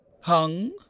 hung